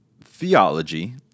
theology